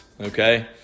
okay